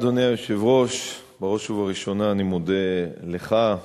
אדוני היושב-ראש, בראש ובראשונה, אני מודה לך.